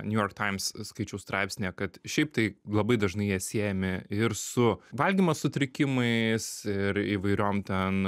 new york times skaičiau straipsnyje kad šiaip tai labai dažnai jie siejami ir su valgymo sutrikimais ir įvairiom ten